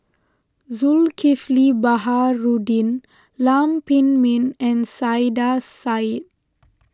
Zulkifli Baharudin Lam Pin Min and Saiedah Said